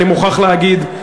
אני מוכרח להגיד.